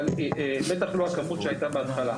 אבל בטח לא הכמות שהיתה בהתחלה.